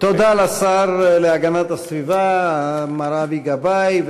תודה לשר להגנת הסביבה מר אבי גבאי.